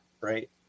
right